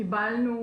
קיבלנו